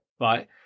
Right